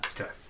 Okay